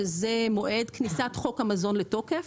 שזה מועד כניסת חוק המזון לתוקף.